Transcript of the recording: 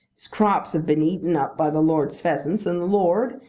his crops have been eaten up by the lord's pheasants, and the lord,